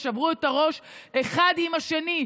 ושברו את הראש אחד עם השני,